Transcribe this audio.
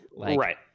Right